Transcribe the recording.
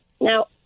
Now